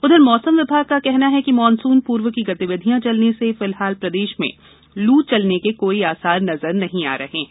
उधर मौसम विभाग का कहना है कि मॉनसून पूर्व की गतिविधियां चलने से फिलहाल प्रदेश में लू चलने के कोई आसार नजर नहीं आ रहे हैं